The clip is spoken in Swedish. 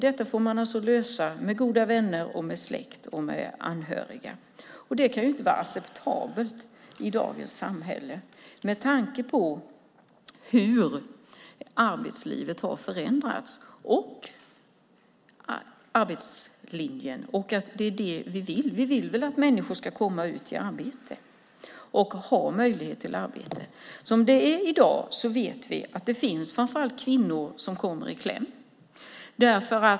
Detta får man alltså lösa med hjälp av goda vänner, släkt och anhöriga. Det kan inte vara acceptabelt i dagens samhälle med tanke på hur arbetslivet har förändrats och med tanke på arbetslinjen. Och det är ju det vi vill. Vi vill väl att människor ska komma ut i arbete och ha möjlighet till arbete. I dag vet vi att det finns framför allt kvinnor som kommer i kläm.